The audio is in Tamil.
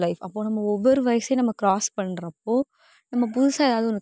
ஸோ இது தான் வந்து லைஃப் அப்போ நம்ம ஒவ்வொரு வயச நம்ம க்ராஸ் பண்ணுறப்போ நம்ம புதுசாக எதாவது ஒன்று